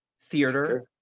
theater